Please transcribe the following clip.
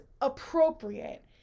appropriate